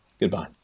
Goodbye